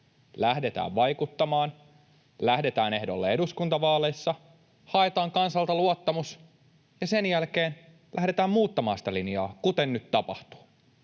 Lähdetään vaikuttamaan, lähdetään ehdolle eduskuntavaaleissa, haetaan kansalta luottamus ja sen jälkeen lähdetään muuttamaan sitä linjaa, kuten nyt tapahtuu.